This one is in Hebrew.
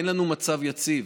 אין לנו מצב יציב.